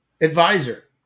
advisor